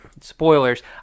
spoilers